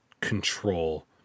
control